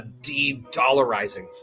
de-dollarizing